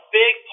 big